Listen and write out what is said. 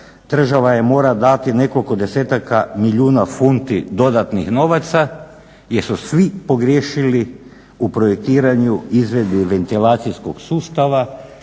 država joj mora dati nekoliko desetaka milijuna funti dodatnih novaca jer su svi pogriješili u projektiranju i izvedbi ventilacijskog sustava